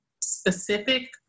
specific